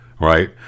right